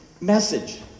message